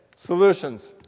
Solutions